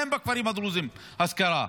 אין בכפרים הדרוזיים השכרה.